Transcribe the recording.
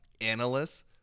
analysts